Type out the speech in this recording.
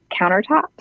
countertops